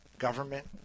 government